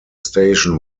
station